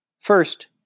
First